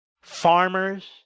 farmers